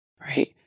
right